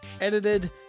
edited